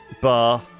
bar